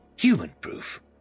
human-proof